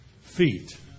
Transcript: feet